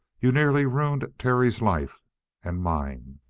you nearly ruined terry's life and mine!